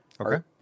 Okay